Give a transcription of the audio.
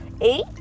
eight